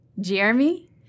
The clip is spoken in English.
Jeremy